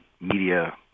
media